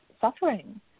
suffering